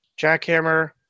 jackhammer